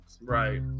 Right